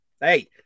Hey